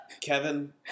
Kevin